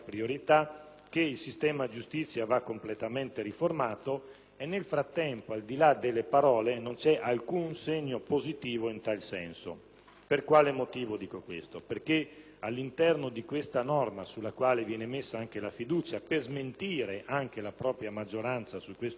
che il sistema giustizia va completamente riformato; nel frattempo, al di là delle parole, non c'è alcun segno positivo in tal senso. Dico questo perché all'interno di questa norma, sulla quale viene posta la fiducia anche per smentire la propria maggioranza su questo punto,